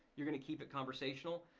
you're gonna keep it conversational.